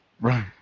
Right